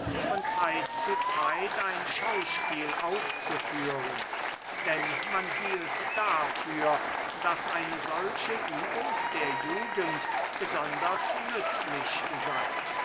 von zeit zu zeit ein schauspiel aufzuführen denn man hielt dafür daß eine solche übung der jugend besonders nützlich sei